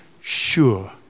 sure